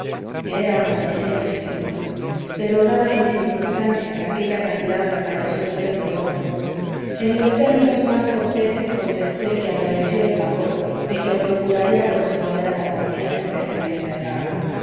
era una miseria sin duda pero dadas mis circunstancias aquella cantidad me pareció el premio gordo en los términos más corteses contesté que agradecía el favor y que procuraría corresponder a la confianza que se me dispensaba